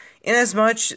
Inasmuch